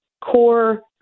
core